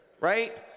right